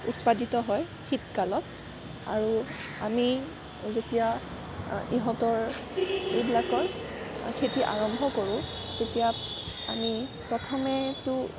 উৎপাদিত হয় শীতকালত আৰু আমি যেতিয়া ইহঁতৰ সেইবিলাকৰ খেতি আৰম্ভ কৰোঁ তেতিয়া আমি প্ৰথমেতো